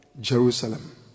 Jerusalem